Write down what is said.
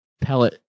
pellet